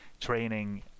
training